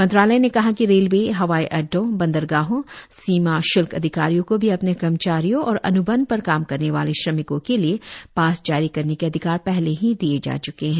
मंत्रालय ने कहा कि रेलवे हवाई अड्डों बंदरगाहों सीमाश्ल्क अधिकारियों को भी अपने कर्मचारियों और अन्बंध पर काम करने वाले श्रमिकों के लिए पास जारी करने के अधिकार पहले ही दिए जा च्के हैं